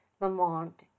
Lamont